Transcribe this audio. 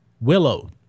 Willow